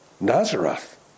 Nazareth